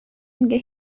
میگه